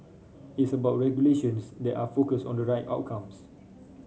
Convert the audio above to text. it's about regulations that are focus on the right outcomes